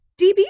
DB